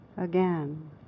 again